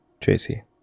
Tracy